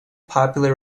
popular